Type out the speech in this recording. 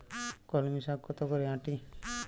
কলমি শাখ কত করে আঁটি?